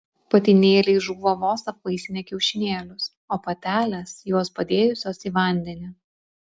patinėliai žūva vos apvaisinę kiaušinėlius o patelės juos padėjusios į vandenį